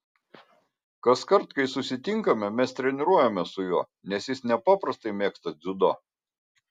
kaskart kai susitinkame mes treniruojamės su juo nes jis nepaprastai mėgsta dziudo